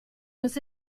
was